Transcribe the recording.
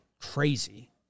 crazy